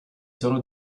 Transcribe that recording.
sono